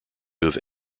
have